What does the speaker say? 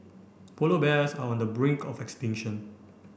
polar bears are on the brink of extinction